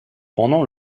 pendant